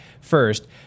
first